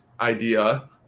idea